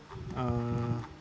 uh